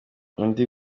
undi